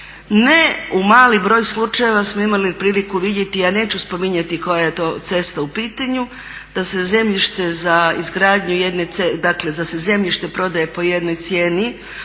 Ne u mali broj slučajeva smo imali priliku vidjeti, ja neću spominjati koja je to cesta u pitanju da se zemljište za izgradnju jedne, dakle da se zemljište prodaje po jednoj cijeni